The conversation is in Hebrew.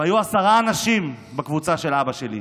היו עשרה אנשים בקבוצה של אבא שלי: